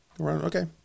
Okay